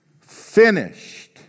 finished